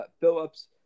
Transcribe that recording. Phillips